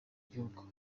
gihugu